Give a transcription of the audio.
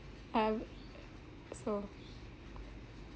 um so